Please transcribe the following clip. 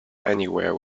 anywhere